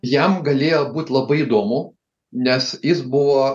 jam galėjo būt labai įdomu nes jis buvo